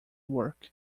work